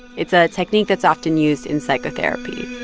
it's a technique that's often used in psychotherapy.